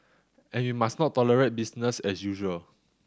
and we must not tolerate business as usual